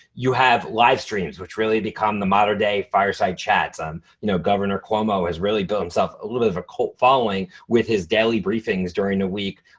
you have live streams, which really become the modern-day fireside chats. um you know governor cuomo has really built himself a little bit of a cult following with his daily briefings during the week.